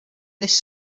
this